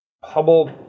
Hubble